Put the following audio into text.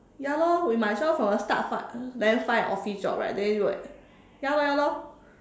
ya lor we might as well from the start find uh then find an office job then we would ya lor ya lor